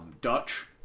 Dutch